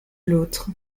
l’autre